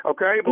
Okay